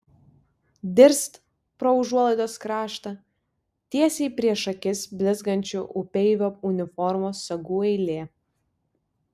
dirst pro užuolaidos kraštą tiesiai prieš akis blizgančių upeivio uniformos sagų eilė